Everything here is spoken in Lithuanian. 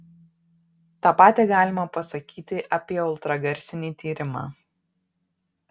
tą patį galima pasakyti apie ultragarsinį tyrimą